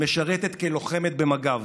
שמשרתת כלוחמת במג"ב.